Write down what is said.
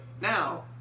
now